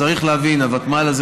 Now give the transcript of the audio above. צריך להבין: הוותמ"ל הזה,